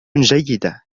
جيدة